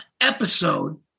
episode